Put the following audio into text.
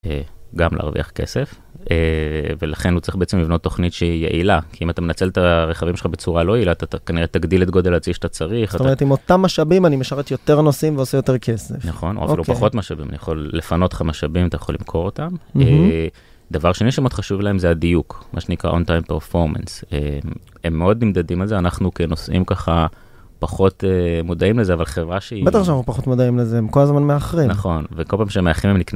גם להרוויח כסף, ולכן הוא צריך בעצם לבנות תוכנית שהיא יעילה, כי אם אתה מנצל את הרכבים שלך בצורה לא יעילה, אתה כנראה תגדיל את גודל הצי שאתה צריך. זאת אומרת, עם אותם משאבים אני משרת יותר נושאים ועושה יותר כסף. נכון, או אפילו פחות משאבים, אני יכול לפנות לך משאבים ואתה יכול למכור אותם. דבר שני שמאוד חשוב להם זה הדיוק, מה שנקרא on-time performance. הם מאוד נמדדים על זה, אנחנו כנוסעים ככה, פחות מודעים לזה, אבל חברה שהיא... בטח שאנחנו פחות מודעים לזה, הם כל הזמן מאחרים. נכון, וכל פעם שהם מאחרים הם